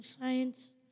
Science